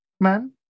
man